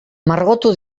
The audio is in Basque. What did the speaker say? margotu